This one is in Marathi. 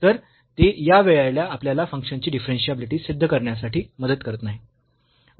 तर ते या वेळेला आपल्याला फंक्शनची डिफरन्शियाबिलिटी सिद्ध करण्यासाठी मदत करत नाही